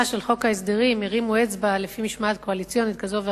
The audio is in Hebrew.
של חוק ההסדרים הרימו אצבע לפי משמעת קואליציונית כזאת ואחרת,